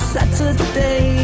Saturday